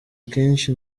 kenshi